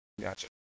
Gotcha